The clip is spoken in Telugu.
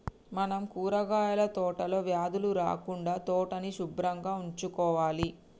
మనం కూరగాయల తోటలో వ్యాధులు రాకుండా తోటని సుభ్రంగా ఉంచుకోవాలి